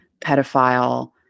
pedophile